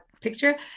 picture